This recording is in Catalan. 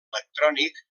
electrònic